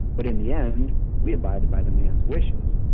but in the end we abided by the man's wishes.